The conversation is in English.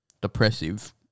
depressive